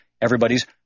everybody's